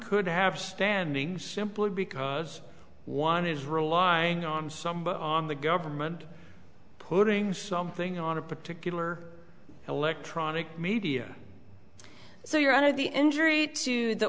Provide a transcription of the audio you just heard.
could have standing simply because one is relying on somebody on the government putting something on a particular electronic media so you're on to the injury to the